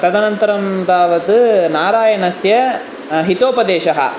तदनन्तरं तावत् नारायणस्य हितोपदेशः